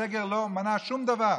הסגר לא מנע שום דבר.